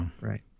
Right